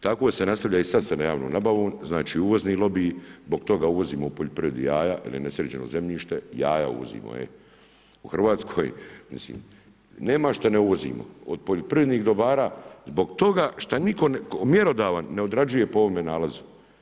Tako se nastavlja i sad sa javnom nabavom, znači uvozni lobiji, zbog toga uvozimo u poljoprivredi jaja jer je nesređeno zemljište, jaja uvozimo, e, u Hrvatskoj, mislim, nema šta ne uvozimo, od poljoprivrednih dobara zbog toga šta nitko mjerodavan ne odrađuje po ovome nalazu.